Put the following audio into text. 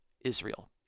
Israel